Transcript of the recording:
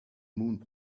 moon